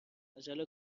عجله